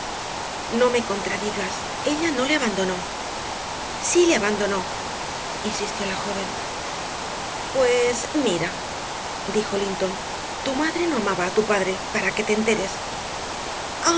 no me contradigas ella no le abandonó sí le abandonó insistió la joven pues mira dijo linton tu madre no amaba a tu padre para que te enteres